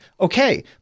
Okay